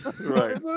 Right